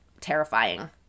terrifying